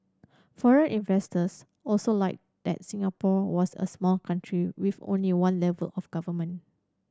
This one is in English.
foreign investors also liked that Singapore was a small country with only one level of government